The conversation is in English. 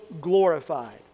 glorified